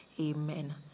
Amen